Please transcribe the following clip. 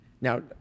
now